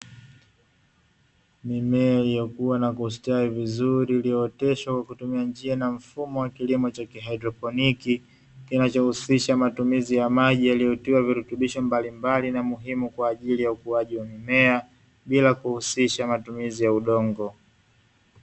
Mimea iliyokua na kustawi vizuri, iliyooteshwa kwa kutumia njia na mfumo wa kilimo cha haidroponi kinachohusisha matumizi ya maji na virutubisho mbalimbali na muhimu kwa ajili ya ukuaji wa mimea bila kuhusisha matumizi ya udongo.